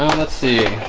let's see